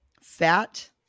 fat